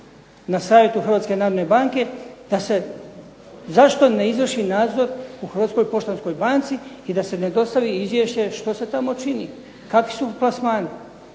na Savjetu Hrvatske narodne banke da se zašto ne izvrši nadzor u Hrvatskoj poštanskoj banci i da se ne dostavi izvješće što se tamo čini, kakvi su plasmani.